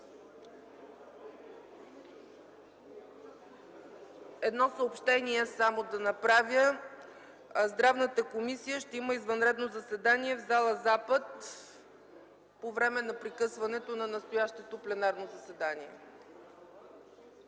Едно съобщение: Здравната комисия ще има извънредно заседание в зала „Запад” по време на прекъсването на настоящото пленарно заседание.